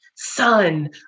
son